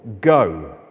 go